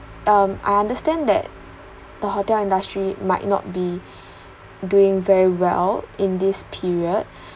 um I understand that the hotel industry might not be doing very well in this period